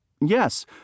Yes